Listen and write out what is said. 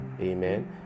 amen